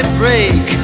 break